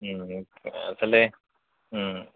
চালে